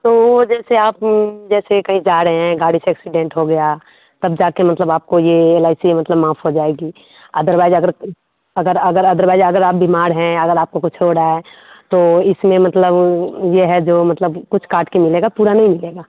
तो वह जैसे आप जैसे कहीं जा रहे हैं गाड़ी से एक्सीडेंट हो गया तब जाकर मतलब आपको यह एल आई सी मतलब माफ़ हो जाएगी अदरवाइज़ अगर अगर अगर अदरवाइज अगर आप बीमार हैं अगर आपको कुछ हो रहा है तो इसमें मतलब यह है जो मतलब कुछ काट के मिलेगा पूरा नहीं मिलेगा